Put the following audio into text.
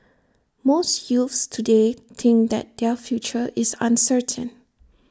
most youths today think that their future is uncertain